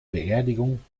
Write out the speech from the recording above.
beerdigung